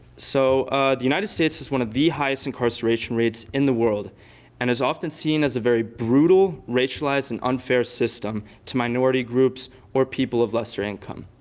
so the united states has one of the highest incarceration rates in the world and is often seen as a very brutal, racialized, and unfair system to minority groups or people of lesser income.